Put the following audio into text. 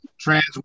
trans